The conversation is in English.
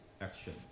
action